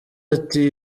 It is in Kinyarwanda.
ati